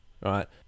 right